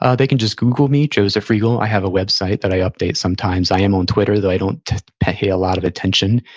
ah they can just google me, joseph reagle. i have a website that i update sometimes. i am on twitter, though i don't pay a lot of attention,